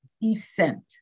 descent